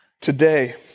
today